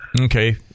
okay